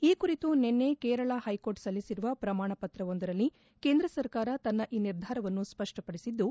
ಈ ಕುರಿತು ನಿನ್ನೆ ಕೇರಳ ಪೈಕೋರ್ಟ್ ಸಲ್ಲಿಸಿರುವ ಪ್ರಮಾಣ ಪತ್ರವೊಂದರಲ್ಲಿ ಕೇಂದ್ರ ಸರ್ಕಾರ ತನ್ನ ಈ ನಿರ್ಧಾರವನ್ನು ಸ್ಪಷ್ಟಪಡಿಸಿದ್ದು